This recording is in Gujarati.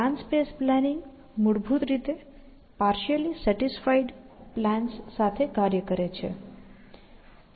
પ્લાન સ્પેસ પ્લાનિંગ મૂળભૂત રીતે પાર્શિઅલી સ્પેસિફાઇડ પ્લાન્સ સાથે કાર્ય કરે છે